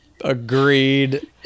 Agreed